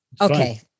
Okay